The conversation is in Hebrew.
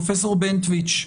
פרופ' בנטואיץ,